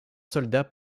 soldats